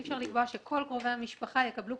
אי אפשר לקבוע שכל קרובי המשפחה יקבלו